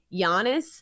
Giannis